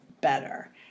better